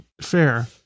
fair